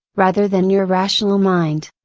rather than your rational mind.